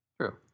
True